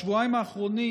בשבועיים האחרונים,